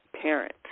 parent